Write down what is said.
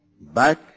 back